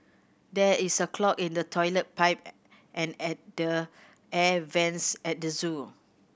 there is a clog in the toilet pipe and at the air vents at the zoo